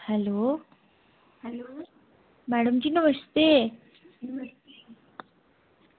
hello madam ji namaste